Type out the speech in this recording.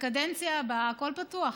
לקדנציה הבאה הכול פתוח.